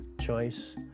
choice